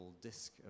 disc